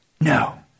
No